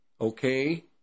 okay